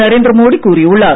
நரேந்திர மோடி கூறியுள்ளார்